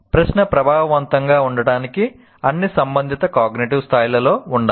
ప్రశ్న ప్రభావవంతంగా ఉండటానికి అన్ని సంబంధిత కాగ్నిటివ్ స్థాయిలలో ఉండాలి